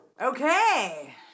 okay